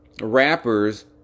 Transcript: Rappers